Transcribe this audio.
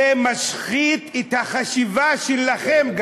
זה משחית גם את החשיבה שלכם.